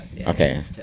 Okay